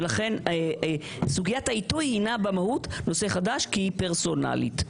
ולכן סוגיית העיתוי הינה במהות נושא חדש כי היא פרסונלית.